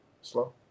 Slow